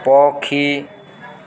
ପକ୍ଷୀ